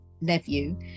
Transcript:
nephew